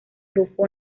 rufo